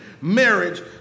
Marriage